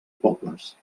pobles